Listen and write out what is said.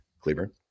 Cleburne